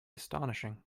astonishing